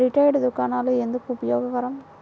Retail దుకాణాలు ఎందుకు ఉపయోగకరం?